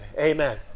Amen